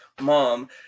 mom